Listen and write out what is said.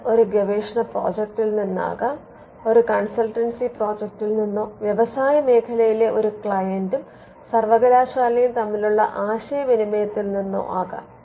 അത് ഒരു ഗവേഷണ പ്രോജക്റ്റിൽ നിന്നാകാം ഒരു കൺസൾട്ടൻസി പ്രോജക്റ്റിൽ നിന്നോ വ്യവസായമേഖലയിലെ ഒരു ക്ലയന്റും സർവകലാശാലയും തമ്മിലുള്ള ആശയവിനിമയത്തിൽ നിന്നോ ആകാം